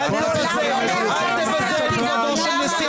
--- אל תבזה את כבודו של נשיא